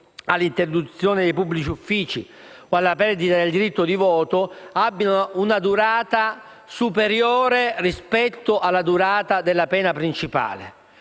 all'interdizione dai pubblici uffici o a alla perdita del diritto di voto - abbiano una durata superiore rispetto alla durata della pena principale.